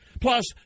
Plus